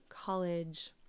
College